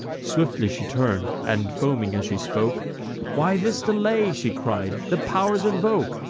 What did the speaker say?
swiftly she turn'd, and, foaming as she spoke why this delay? she cried the pow'rs invoke!